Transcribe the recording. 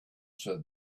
said